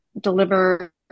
deliver